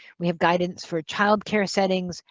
we have guidance for child-care settings,